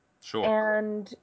Sure